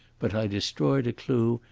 but i destroyed a clue,